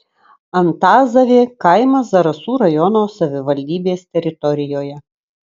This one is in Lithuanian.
antazavė kaimas zarasų rajono savivaldybės teritorijoje